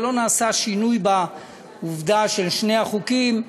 אבל לא נעשה שינוי בעובדה שלשני החוקים,